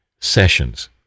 sessions